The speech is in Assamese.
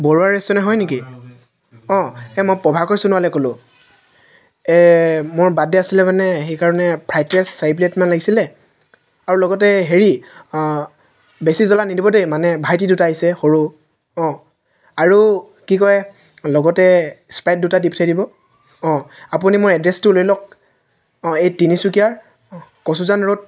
বৰুৱা ৰেষ্টুৰেণ্ট হয় নেকি অঁ এই মই প্ৰভাকৰ সোণোৱালে ক'লোঁ মোৰ বাৰ্থডে' আছিলে মানে সেইকাৰণে ফ্ৰাইড ৰাইচ চাৰি প্লেটমান লাগিছিলে আৰু লগতে এই হেৰি বেছি জলা নিদিব দেই মানে ভাইটি দুটা আহিছে সৰু অঁ আৰু কি কয় লগতে স্প্ৰাইট দুটা দি পঠিয়াই দিব অঁ আপুনি মোৰ এড্ৰেছটো লৈ লওক অঁ এই তিনিচুকীয়াৰ কচুজান ৰোড